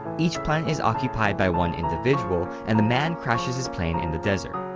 each planet is occupied by one individual, and the man crashes his plane in the desert.